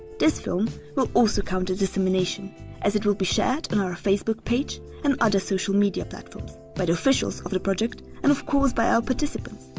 this film will also count as dissemination as it will be shared on our fb page and other social media platforms, by the officials of the project, and of course by our participants.